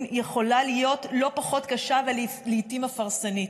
יכולה להיות לא פחות קשה ולעיתים אף הרסנית.